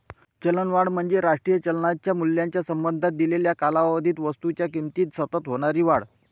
चलनवाढ म्हणजे राष्ट्रीय चलनाच्या मूल्याच्या संबंधात दिलेल्या कालावधीत वस्तूंच्या किमतीत सतत होणारी वाढ